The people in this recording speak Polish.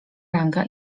ranga